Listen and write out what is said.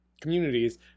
communities